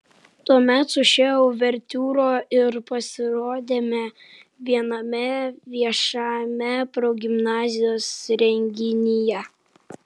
tuomet su šia uvertiūra ir pasirodėme viename viešame progimnazijos renginyje